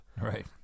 Right